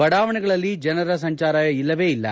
ಬಡಾವಣೆಗಳಲ್ಲಿ ಜನ ಸಂಚಾರ ಇಲ್ಲವೇ ಇಲ್ಲ